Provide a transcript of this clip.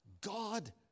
God